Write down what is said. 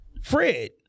Fred